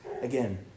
again